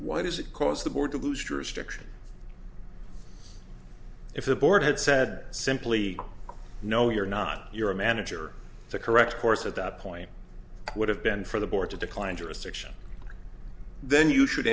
why does it cause the board to lose jurisdiction if the board had said simply no you're not you're a manager the correct course at that point would have been for the board to decline jurisdiction then you should